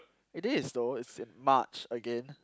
it is though it's in March again